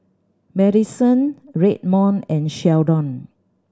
Maddison Redmond and Sheldon